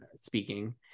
speaking